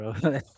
bro